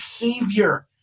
behavior